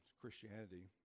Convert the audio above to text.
Christianity